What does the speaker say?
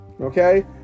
Okay